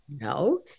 No